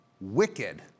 wicked